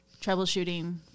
troubleshooting